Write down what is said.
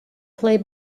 play